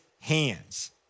hands